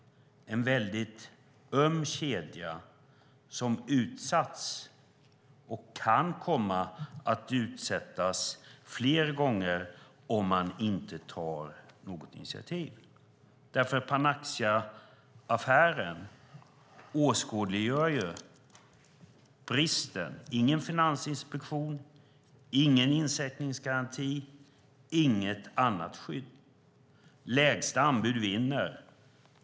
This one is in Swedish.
Det är en mycket känslig kedja som utsatts och kan komma att utsättas fler gånger om man inte tar något initiativ. Panaxiaaffären åskådliggör den här bristen. Det finns ingen finansinspektion, ingen insättningsgaranti och inget annat skydd. Lägsta anbud vinner.